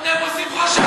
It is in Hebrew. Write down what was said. אתם עושים חושך,